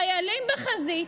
חיילים בחזית,